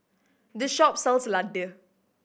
this shop sells laddu